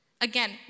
Again